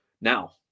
Now